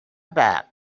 back